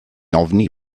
ofni